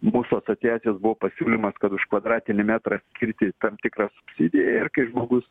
mūsų asociacijos buvo pasiūlymas kad už kvadratinį metrą skirti tam tikrą subsidiją ir kai žmogus